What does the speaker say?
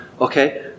okay